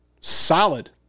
solid